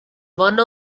one